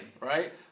right